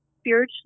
spiritually